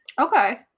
Okay